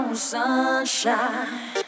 Sunshine